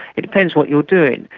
it depends what you're doing.